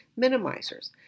minimizers